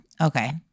okay